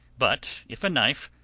but if a knife,